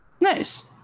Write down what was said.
Nice